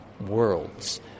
worlds